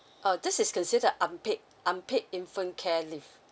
uh this is considered unpaid unpaid infant care leave